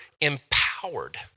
empowered